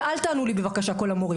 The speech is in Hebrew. אל תענו לי, בבקשה, כל המורים.